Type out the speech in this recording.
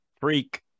Freak